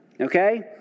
Okay